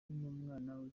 w’umwana